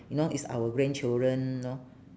you know it's our grandchildren know